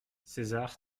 césar